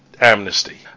amnesty